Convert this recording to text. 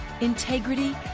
integrity